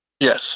Yes